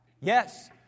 Yes